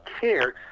care